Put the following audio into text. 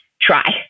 try